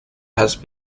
has